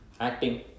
Acting